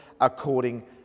according